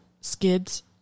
Skids